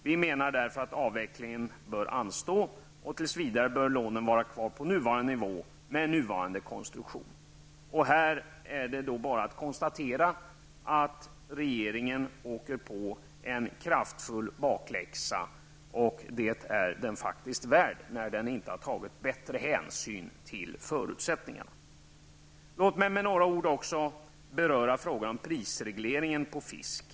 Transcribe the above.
Vi menar därför att avvecklingen bör anstå, och tills vidare bör lånen vara kvar på nuvarande nivå med nuvarande konstruktion. Det är då bara att konstatera att regeringen åker på en kraftfull bakläxa, och det är faktiskt vad den förtjänar, eftersom den inte har tagit bättre hänsyn till förutsättningarna. Låt mig också med några ord beröra frågan om prisregleringen på fisk.